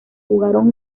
jugaron